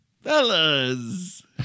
fellas